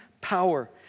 power